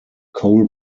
cole